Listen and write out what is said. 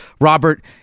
Robert